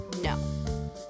no